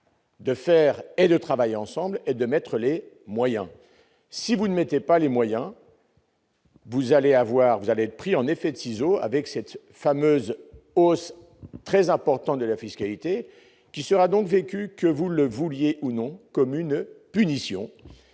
de faire est de travailler ensemble et de mettre Les moyens si vous ne mettez pas les moyens. Vous allez avoir, vous allez être pris en effet de ciseau avec cette fameuse hausse très importante de la fiscalité qui sera donc vécu que vous le vouliez ou non, comme une punition,